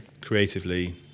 creatively